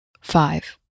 five